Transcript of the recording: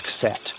Set